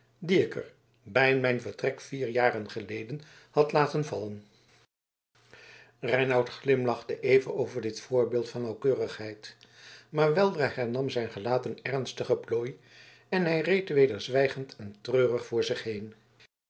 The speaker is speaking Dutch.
dien ik er bij mijn vertrek vier jaren geleden had laten vallen reinout glimlachte even over dit voorbeeld van nauwkeurigheid maar weldra hernam zijn gelaat een ernstige plooi en reed hij weder zwijgend en treurig voor zich heen